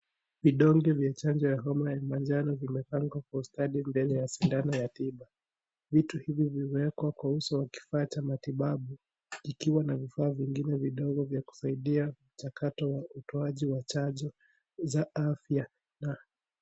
Vidonge vya chanjo ya homa ya manjano vimepangwa kwa ustadi mbele ya shindano ya tiba. vitu hivi zimewekwa kwa uso mbele ya kifaa cha matibabui kiwa na vifaa vingine vidogo vya kusaidia chakato wa utoaji chanjo za afya.